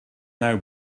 now